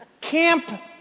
Camp